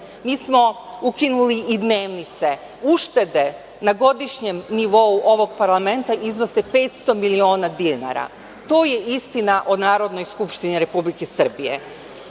Mi smo ukinuli i dnevnice. Uštede na godišnjem nivou ovog parlamenta iznose 500 miliona dinara. To je istina o Narodnoj skupštini Republike Srbije. Takođe,